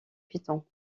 piton